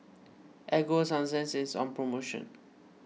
Ego Sunsense is on promotion